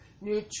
new